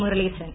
Muraleedharan